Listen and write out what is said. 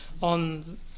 on